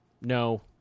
no